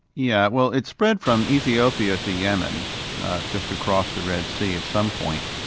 yeah well it spread from ethiopia to yemen just across the red sea, at some point,